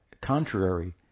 contrary